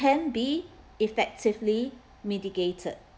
can be effectively mitigated